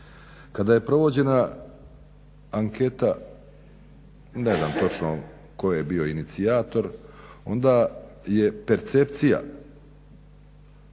Kada je provođena anketa ne znam točno tko je bio inicijator, onda je percepcija